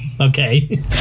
Okay